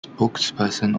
spokesperson